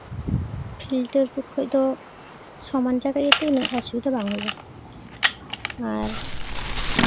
filter ᱠᱚ ᱠᱷᱚᱡ ᱫᱚ ᱥᱚᱢᱟᱱ ᱡᱟᱭᱜᱟ ᱜᱮᱛᱮ ᱩᱱᱟᱹᱜ ᱚᱥᱩᱵᱤᱫᱷᱟ ᱫᱚ ᱵᱟᱝ ᱦᱩᱭᱩᱜᱼᱟ ᱟᱨ